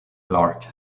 lark